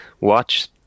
watch